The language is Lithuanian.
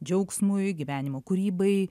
džiaugsmui gyvenimo kūrybai